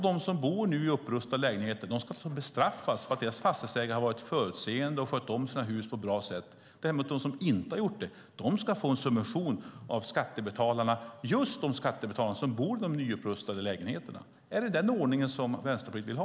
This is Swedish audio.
De som nu bor i upprustade fastigheter ska alltså bestraffas för att deras fastighetsägare har varit förutseende och skött om sina hus på ett bra sätt medan de som inte har det ska få en subvention av skattebetalarna - just de skattebetalare som bor i de nyupprustade lägenheterna. Är det den ordningen som Vänsterpartiet vill ha?